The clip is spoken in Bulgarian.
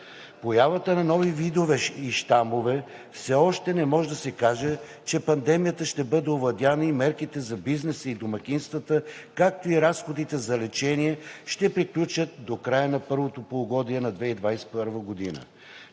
появата на нови видове и щамове все още не може да се каже, че пандемията ще бъде овладяна и мерките за бизнеса и домакинствата, както и разходите за лечение ще приключат до края на първото полугодие на 2021 г.